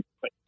put